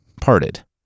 parted